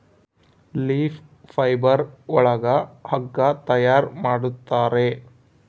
leaf fibre ಒಳಗ ಹಗ್ಗ ತಯಾರ್ ಮಾಡುತ್ತಾರೆ